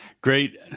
great